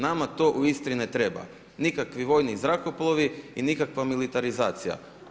Nama to u Istri ne treba, nikakvi vojni zrakoplovi i nikakva militarizacija.